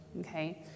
okay